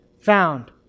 found